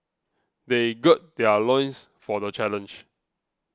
they gird their loins for the challenge